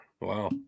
Wow